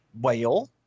Whale